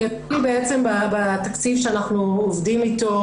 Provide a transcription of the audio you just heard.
אני אתחיל בתקציב שאנחנו עובדים איתו